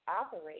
operate